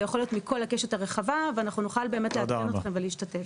זה יכול להיות מכל הקשת הרחבה ואנחנו נוכל לעדכן אתכם ולהשתתף.